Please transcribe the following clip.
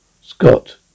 Scott